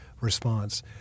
response